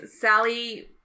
Sally